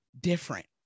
different